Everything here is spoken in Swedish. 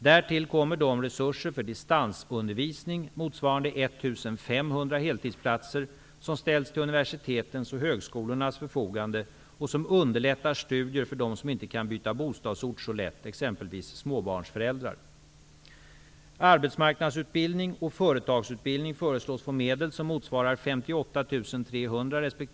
Därtill kommer de resurser för distansundervisning, motsvarande 1 500 heltidsplatser, som ställts till universitetens och högskolornas förfogande och som underlättar studier för dem som inte kan byta bostadsort så lätt, exempelvis småbarnsföräldrar. personer.